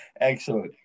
Excellent